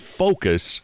focus